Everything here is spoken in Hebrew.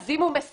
אז אם הוא מסרב,